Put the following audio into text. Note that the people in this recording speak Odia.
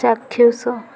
ଚାକ୍ଷୁଷ